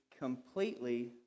completely